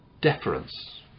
deference